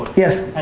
yes.